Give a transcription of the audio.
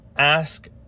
Ask